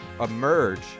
emerge